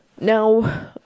Now